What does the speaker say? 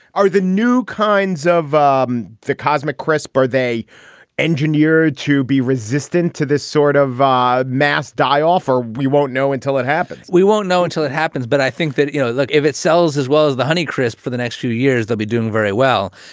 are the new kinds of um cosmic crisp they engineered to be resistant to this sort of ah mass die off or we won't know until it happens we won't know until it happens. but i think that, you know, look, if it sells as well as the honeycrisp for the next few years, they'll be doing very well.